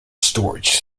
storage